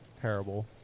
terrible